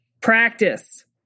Practice